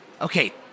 Okay